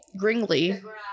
Gringly